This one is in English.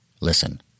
Listen